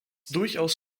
durchaus